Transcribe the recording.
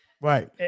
Right